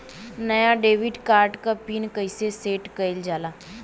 नया debit card क pin कईसे सेट कईल जाला?